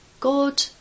God